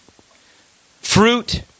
Fruit